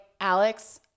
Alex